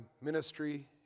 ministry